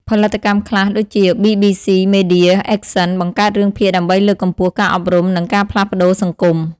ផលិតកម្មខ្លះដូចជា BBC Media Action បង្កើតរឿងភាគដើម្បីលើកកម្ពស់ការអប់រំ និងការផ្លាស់ប្តូរសង្គម។